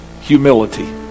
humility